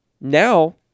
now